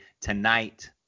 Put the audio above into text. tonight